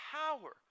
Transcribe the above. power